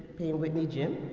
payne whitney gym.